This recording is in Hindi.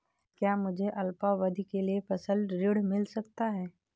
क्या मुझे अल्पावधि के लिए फसल ऋण मिल सकता है?